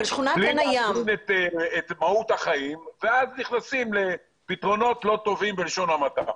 בלי להבין את מהות החיים ואז נכנסים לפתרונות לא טובים בלשון המעטה.